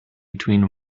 between